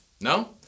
No